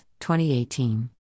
2018